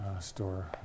store